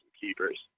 keepers